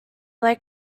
like